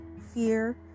fear